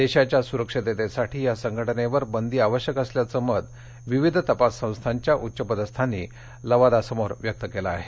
देशाच्या सुरक्षततेसाठी या संघटनेवर बंदी आवश्यक असल्याचं मत विविध तपास संस्थाच्या उच्चपदस्थांनी लवादासमोर व्यक्त केलं आहे